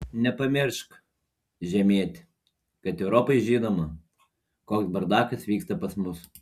nepamiršk žemieti kad europai žinoma koks bardakas vyksta pas mus